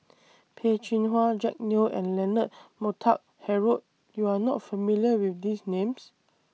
Peh Chin Hua Jack Neo and Leonard Montague Harrod YOU Are not familiar with These Names